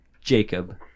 Jacob